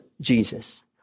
Jesus